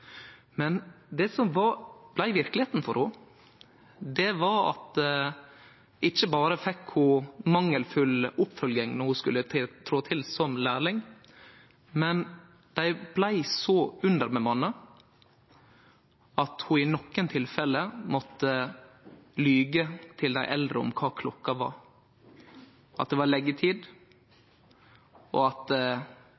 Det som blei verkelegheita for ho, var at ho ikkje berre fekk mangelfull oppfølging då ho skulle trå til som lærling, men at dei var så underbemanna at ho i nokre tilfelle måtte lyge til dei eldre om kva klokka var – at det var